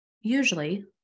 usually